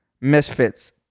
Misfits